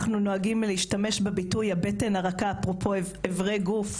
אנחנו נוהגים להשתמש בביטוי "הבטן הרכה" אפרופו איברי גוף,